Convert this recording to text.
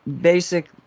basic